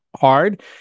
hard